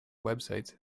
websites